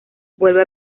vuelve